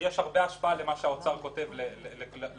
יש הרבה השפעה למה שהאוצר כותב על מדינה.